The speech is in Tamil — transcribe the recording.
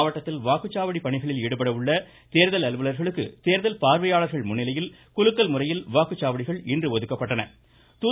மாவட்டத்தில் வாக்குச்சாவடி பணிகளில் ஈடுபடவுள்ள கேர்கல் அலுவலர்களுக்கு தேர்தல் பார்வையாளர்கள் முன்னிலையில் குலுக்கல் முறையில் வாக்குச்சாவடிகள் இன்று ஒதுக்கப்பட்டன